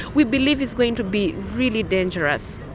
we believe it's going to be really dangerous.